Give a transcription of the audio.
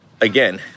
again